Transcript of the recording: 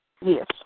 Yes